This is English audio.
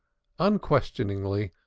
unquestioningly,